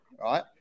right